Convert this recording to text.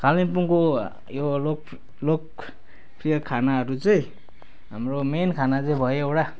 कालिम्पोङको यो लोक लोकप्रिय खानाहरू चाहिँ हाम्रो मेन खाना चाहिँ भयो एउटा